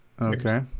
Okay